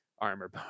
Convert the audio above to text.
armor